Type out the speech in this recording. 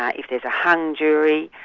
if there's a hung jury,